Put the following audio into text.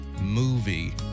movie